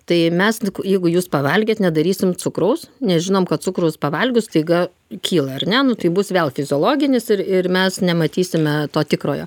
tai mes jeigu jūs pavalgėt nedarysim cukraus nes žinom kad cukrus pavalgius staiga kyla ar ne nu tai bus vėl fiziologinis ir ir mes nematysime to tikrojo